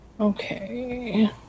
Okay